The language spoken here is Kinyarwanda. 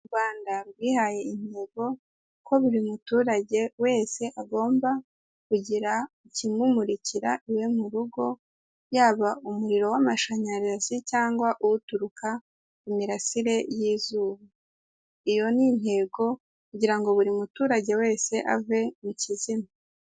U Rwanda rwihaye intego ko buri muturage wese agomba kugira ikimumurikira iwe mu rugo yaba umuriro w'amashanyarazi, cyangwa uturuka ku mirasire y'izuba, iyo ni intego kugira ngo buri muturage wese ave mu kizima.